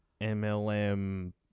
MLM